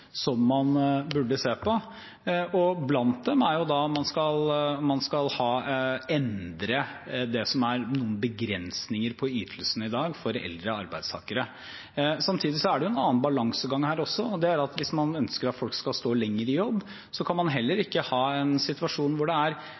som man burde se på. Blant dem er om man skal endre det som er noen begrensninger på ytelsen i dag for eldre arbeidstakere. Samtidig er det en annen balansegang her også, og det er at hvis man ønsker at folk skal stå lenger i jobb, kan man heller ikke ha en situasjon der det oppfattes som for risikabelt for arbeidsgivere å ansette nye seniorarbeidstakere. Dagens regelverk er